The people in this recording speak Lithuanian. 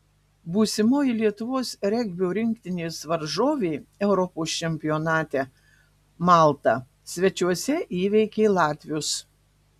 būsimoji lietuvos regbio rinktinės varžovė europos čempionate malta svečiuose įveikė latvius